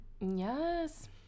yes